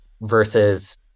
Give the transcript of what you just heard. versus